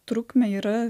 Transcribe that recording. trukmę yra